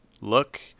look